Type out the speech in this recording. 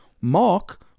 Mark